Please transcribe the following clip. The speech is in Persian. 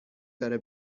داره